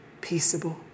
peaceable